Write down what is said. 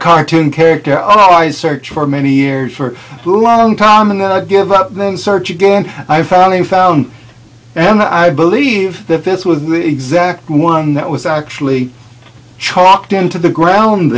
cartoon character i searched for many years for long time and then i give up then search again i finally found and i believe that this with exact one that was actually chalked into the ground